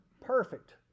perfect